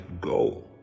go